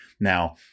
Now